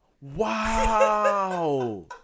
Wow